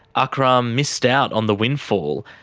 akram missed out on the windfall,